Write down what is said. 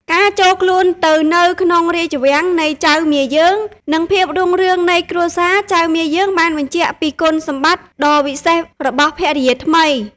ការចូលខ្លួនទៅនៅក្នុងរាជវាំងនៃចៅមាយើង និងភាពរុងរឿងនៃគ្រួសារចៅមាយើងបានបញ្ជាក់ពីគុណសម្បត្តិដ៏វិសេសរបស់ភរិយាថ្មី។